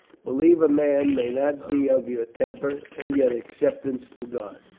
believe a man may not be of your temper and yet acceptable to god.